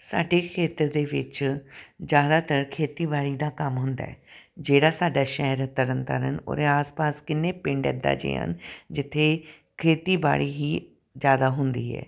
ਸਾਡੇ ਖੇਤਰ ਦੇ ਵਿੱਚ ਜ਼ਿਆਦਾਤਰ ਖੇਤੀਬਾੜੀ ਦਾ ਕੰਮ ਹੁੰਦਾ ਹੈ ਜਿਹੜਾ ਸਾਡਾ ਸ਼ਹਿਰ ਤਰਨ ਤਰਨ ਉਰੇ ਆਸ ਪਾਸ ਕਿੰਨੇ ਪਿੰਡ ਇੱਦਾਂ ਦੇ ਹਨ ਜਿੱਥੇ ਖੇਤੀਬਾੜੀ ਹੀ ਜ਼ਿਆਦਾ ਹੁੰਦੀ ਹੈ